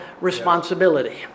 responsibility